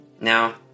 Now